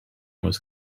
was